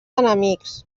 enemics